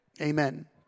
Amen